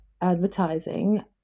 advertising